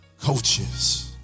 coaches